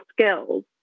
skills